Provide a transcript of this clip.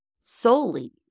solely